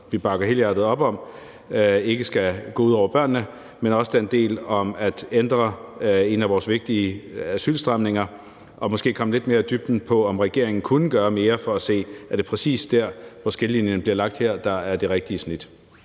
vi bakker helhjertet op om ikke skal gå ud over børnene, men også den del om at ændre en af vores vigtige asylstramninger og måske komme lidt mere i dybden, i forhold til om regeringen kunne gøre mere for at se, om det er præcis der, hvor skillelinjen her bliver lagt, der er det rigtige snit.